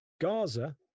Gaza